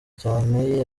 cyane